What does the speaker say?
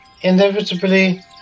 inevitably